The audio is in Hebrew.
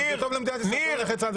לא, טוב לנכי צה"ל זה טוב למדינת ישראל.